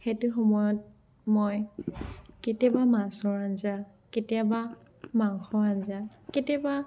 সেইটো সময়ত মই কেতিয়াবা মাছৰ আঞ্জা কেতিয়াবা মাংসৰ আঞ্জা কেতিয়াবা